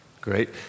Great